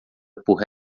por